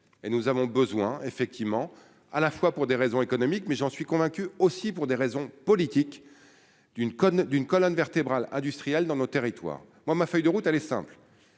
et nous avons besoin effectivement à la fois pour des raisons économiques, mais j'en suis convaincu aussi pour des raisons politiques, d'une conne d'une colonne vertébrale industrielle dans nos territoires, moi ma feuille de route, aller simple,